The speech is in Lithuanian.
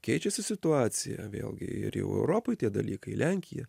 keičiasi situacija vėlgi ir jau europoj tie dalykai lenkija